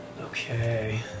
Okay